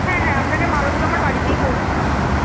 হ্যাঁ হ্যাঁ আপনাকে মালগুলো আমার বাড়িতেই পৌঁছে দিতে হবে